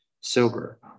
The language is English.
sober